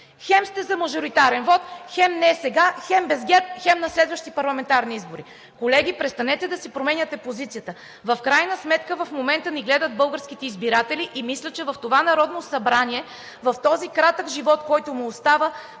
хем сте за мажоритарен вот, хем не сега, хем без ГЕРБ, хем на следващи парламентарни избори. Колеги, престанете да си променяте позицията! В крайна сметка в момента ни гледат българските избиратели и мисля в това Народно събрание – в този кратък живот, който му остава,